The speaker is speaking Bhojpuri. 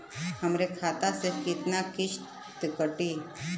हमरे खाता से कितना किस्त कटी?